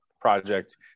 project